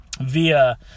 via